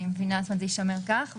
שהן יישמרו כך,